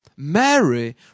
Mary